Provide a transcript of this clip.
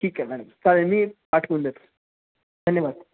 ठीक आहे मॅडम चालेल मी पाठवून देतो धन्यवाद